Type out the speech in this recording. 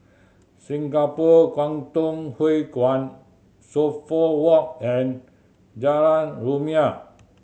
Singapore Kwangtung Hui Kuan Suffolk Walk and Jalan Rumia